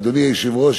אדוני היושב-ראש,